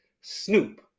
Snoop